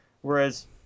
Whereas